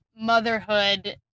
motherhood